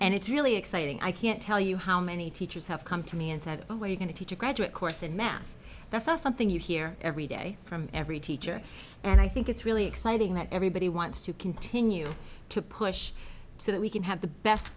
and it's really exciting i can't tell you how many teachers have come to me and said oh you're going to teach a graduate course in math that's not something you hear every day from every teacher and i think it's really exciting that everybody wants to continue to push so that we can have the best